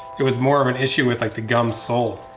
it was more of an issue with like the gums sole.